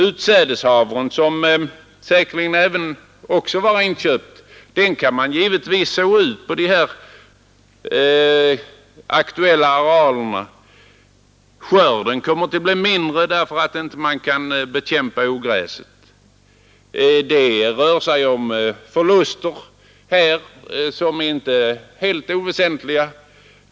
Utsädeshavren, som säkerligen också var inköpt, kan man givetvis så ut på de här aktuella arealerna. Skörden kommer dock att bli mindre, därför att man inte kan bekämpa ogräset. Det rör sig om inte helt oväsentliga förluster.